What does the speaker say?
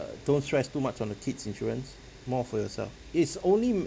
don't stress too much on the kids' insurance more for yourself it's only